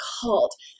cult